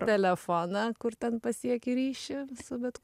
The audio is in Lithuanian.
telefoną kur ten pasieki ryšį su bet